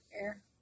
air